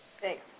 Thanks